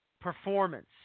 performance